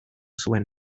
zuen